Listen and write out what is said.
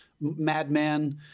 madman